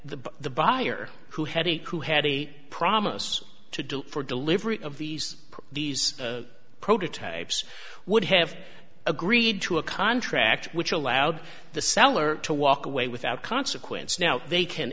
the the buyer who had a crew had a promise to do for delivery of these these prototypes would have agreed to a contract which allowed the seller to walk away without consequence now they can